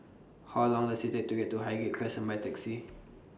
How Long Does IT Take to get to Highgate Crescent My Taxi